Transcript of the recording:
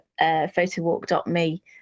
photowalk.me